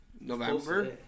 November